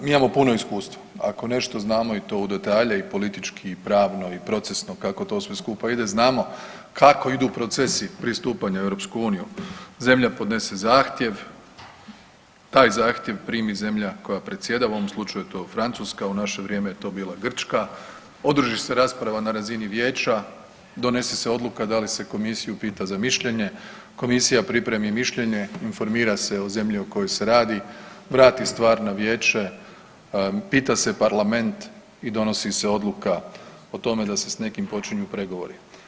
Mi imamo puno iskustva, ako nešto znamo i to u detalje i politički i pravno i procesno, kako to sve skupa ide, znamo kako idu procesi pristupanja u EU, zemlja podnese zahtjev, taj zahtjev primi zemlja koja predsjedava, u ovom slučaju je to Francuska, u naše vrijeme je to bila Grčka, održi se rasprava na razini Vijeća, donese se odluka da li se Komisiju pita za mišljenje, Komisija pripremi mišljenje, informira se o zemlji o kojoj se radi, vrati stvar na Vijeće, pita se Parlament i donosi se odluka o tome da se s nekim počinju pregovori.